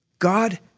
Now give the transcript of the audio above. God